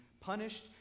punished